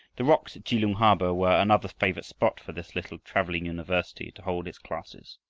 the rocks at kelung harbor were another favorite spot for this little traveling university to hold its classes.